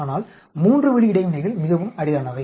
ஆனால் 3 வழி இடைவினைகள் மிகவும் அரிதானவை